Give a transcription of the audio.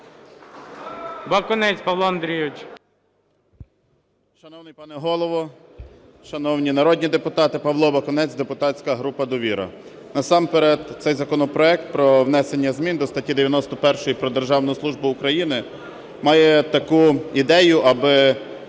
Бакунець Павло Андрійович.